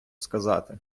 сказати